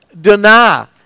deny